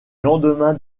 lendemain